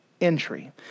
entry